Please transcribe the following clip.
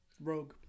Rogue